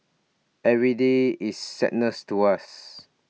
every day is sadness to us